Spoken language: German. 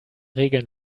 regeln